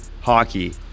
hockey